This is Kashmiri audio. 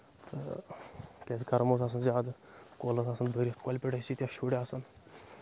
تہٕ کیازِ گَرم اوس آسان زیادٕ کۄل ٲس آسان بٔرِتھ کۄلہِ پؠٹھ ٲسۍ ییٖتیاہ شُرۍ آسَان